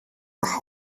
nach